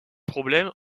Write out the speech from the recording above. problèmes